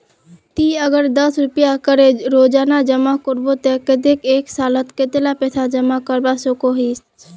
ती अगर दस रुपया करे रोजाना जमा करबो ते कतेक एक सालोत कतेला पैसा जमा करवा सकोहिस?